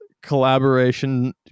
Collaboration